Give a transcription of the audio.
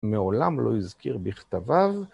מעולם לא הזכיר בכתביו.